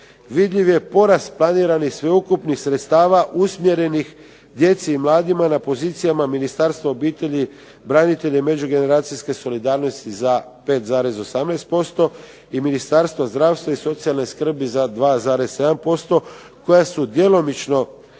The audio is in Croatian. vidljiv je porast planiranih sveukupnih sredstava usmjerenih djeci i mladima na pozicijama Ministarstva obitelji, branitelja i međugeneracijske solidarnosti za 5,18% i Ministarstva zdravstva i socijalne skrbi za 2,7% koja su djelomično